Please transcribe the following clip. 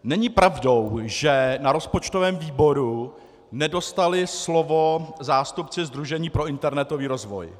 Není pravdou, že na rozpočtovém výboru nedostali slovo zástupci Sdružení pro internetový rozvoj.